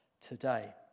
today